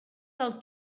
del